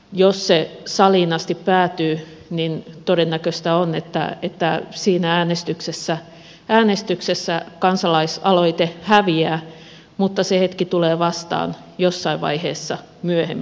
jos se saliin asti päätyy niin todennäköistä on että siinä äänestyksessä kansalaisaloite häviää mutta se hetki tulee vastaan jossain vaiheessa myöhemmin varmasti